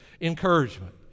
encouragement